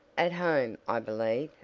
at home i believe,